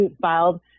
filed